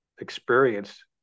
experience